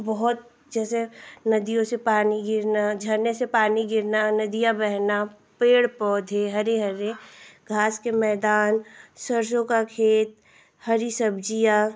बहुत जैसे नदियों से पानी गिरना झरने से पानी गिरना नदियाँ बहना पेड़ पौधे हरे हरे घास के मैदान सरसों का खेत हरी सब्ज़ियाँ